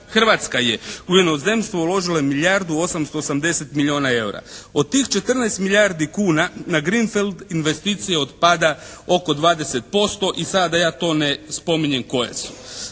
Hrvatska je u inozemstvo uložila milijardu 880 milijuna EUR-a. Od tih 14 milijardi kuna na "Greenfield" investicije otpada oko 20% i sada da je to ne spominjem koje su.